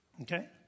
okay